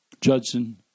Judson